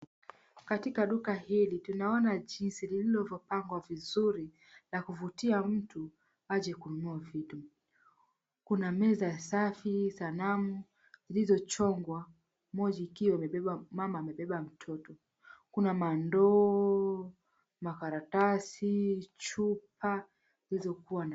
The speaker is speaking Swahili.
Katika duka hili tunaona jinsi lilivyopangwa vizuri na kuvutia mtu aje kununua vitu. Kuna meza safi, sanamu zilizochongwa, moja ikiwa mama amebeba mtoto. Kuna mandoo, makaratasi, chupa zilizokuwa na..